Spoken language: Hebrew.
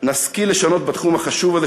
נשכיל לשנות בתחום החשוב הזה,